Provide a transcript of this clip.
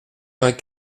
vingt